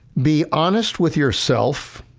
be honest with yourself